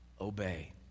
obey